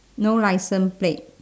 no license plate